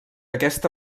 aquesta